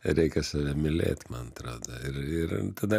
reikia save mylėt man atrodo ir ir tada